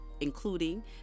including